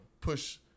push